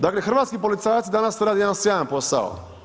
Dakle hrvatski policajac danas radi jedan sjajan posao.